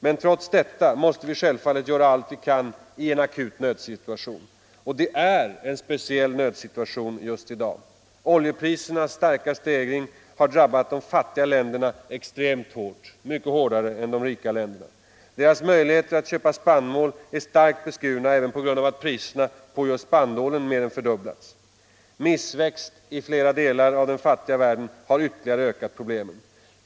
Men trots detta måste vi självfallet göra allt vi kan i en akut nödsituation. Och det är en speciell nödsituation i dag. Oljeprisernas starka stegring har drabbat de fattiga länderna extremt hårt, mycket hårdare än de rika länderna. De förras möjligheter att köpa spannmål är starkt beskurna även på grund av att priserna på just spannmålen mer än fördubblats. Missväxt i flera delar av den fattiga världen har ytterligare ökat problemen.